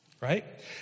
right